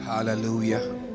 hallelujah